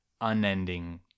unending